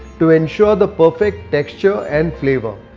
to ensure the perfect texture and flavour.